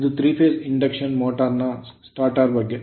ಇದು 3 phase induction motor ನ starter ಬಗ್ಗೆ